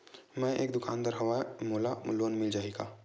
मै एक दुकानदार हवय मोला लोन मिल जाही?